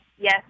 yes